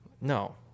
No